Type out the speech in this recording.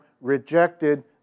rejected